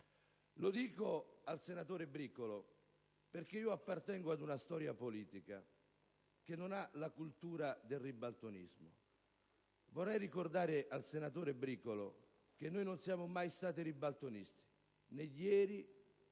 rivolgo al senatore Bricolo, perché appartengo ad una storia politica che non ha la cultura del ribaltonismo. Vorrei ricordare al senatore Bricolo che noi non siamo mai stati ribaltonisti, né ieri, come è capitato